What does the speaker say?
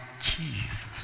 Jesus